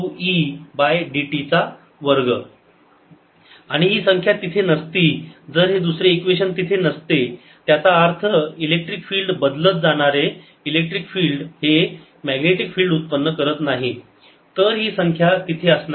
E 2E ∂t 00E∂t 002E2t जर ही संख्या तिथे नसती जर हे दुसरे इक्वेशन तिथे नसते त्याचा अर्थ इलेक्ट्रिक फील्ड बदलत जाणारे इलेक्ट्रिक फील्ड हे मॅग्नेटिक फिल्ड उत्पन्न करत नाही तर ही संख्या तिथे असणार नाही